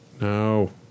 No